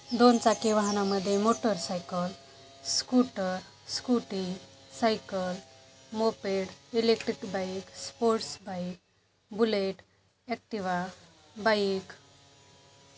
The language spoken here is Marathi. दोन चाकी वाहनामध्ये motorcycle scooter scooty cycle moped electric bike sports bike bullet Activa bike